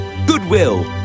Goodwill